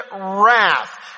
wrath